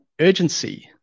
urgency